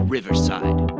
Riverside